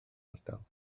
ardal